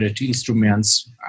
instruments